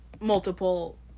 multiple